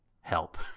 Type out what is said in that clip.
Help